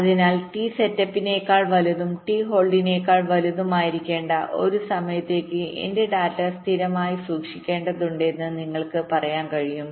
അതിനാൽ ടി സെറ്റപ്പിനേക്കാൾ വലുതും ടി ഹോൾഡിനെക്കാൾ വലുതും ആയിരിക്കേണ്ട ഒരു സമയത്തേക്ക് എന്റെ ഡാറ്റ സ്ഥിരമായി സൂക്ഷിക്കേണ്ടതുണ്ടെന്ന് നിങ്ങൾക്ക് പറയാൻ കഴിയും